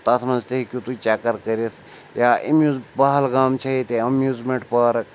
تَتھ منٛز تہِ ہیٚکِو تُہۍ چَکَر کٔرِتھ یا أمِس پہلگام چھےٚ ییٚتہِ اَمیوٗزمٮ۪نٛٹ پارک